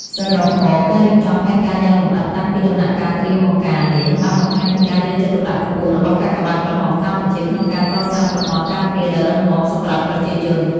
សរុបមក ការរៀបចំផែនការយ៉ាងលម្អិតតាំងពីដំណាក់កាលត្រៀមបង្ការនេះ បានបង្ហាញពីការយកចិត្តទុកដាក់ខ្ពស់របស់កាកបាទក្រហមកម្ពុជា ក្នុងការកសាងប្រព័ន្ធការពារដ៏រឹងមាំសម្រាប់ប្រជាជន។